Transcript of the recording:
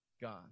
God